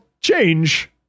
change